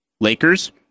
Lakers